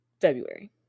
February